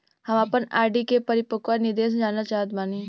हम आपन आर.डी के परिपक्वता निर्देश जानल चाहत बानी